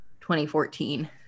2014